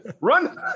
Run